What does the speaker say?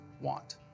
want